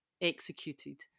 executed